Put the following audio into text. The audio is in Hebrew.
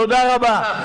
תודה רבה.